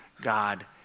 God